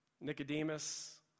Nicodemus